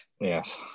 yes